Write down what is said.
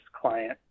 client